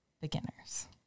beginners